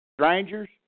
Strangers